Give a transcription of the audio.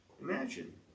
Imagine